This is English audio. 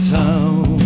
town